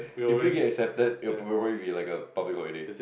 if we get accepted it will probably be like a public holiday